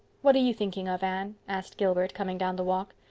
what are you thinking of, anne? asked gilbert, coming down the walk.